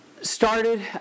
started